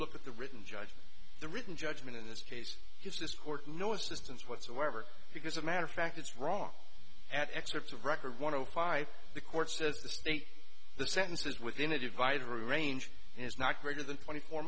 look at the written judgment the written judgment in this case gives this court no assistance whatsoever because a matter of fact it's wrong at excerpts of record one hundred five the court says the state the sentence is within a divided range is not greater than twenty four